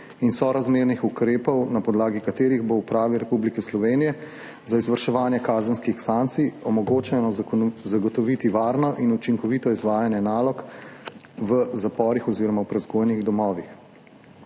in sorazmernih ukrepov, na podlagi katerih bo Upravi Republike Slovenije za izvrševanje kazenskih sankcij omogočeno zagotoviti varno in učinkovito izvajanje nalog v zaporih oziroma v prevzgojnih domovih.